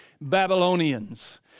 Babylonians